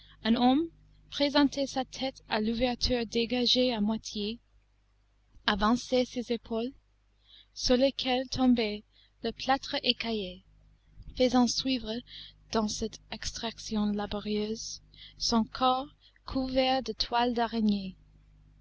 présentait sa tète à l'ouverture dégagée à moitié avançait ses épaules sur lesquelles tombait le plâtre écaillé faisant suivre dans cette extraction laborieuse son corps couvert de toiles d'araignées